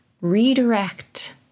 redirect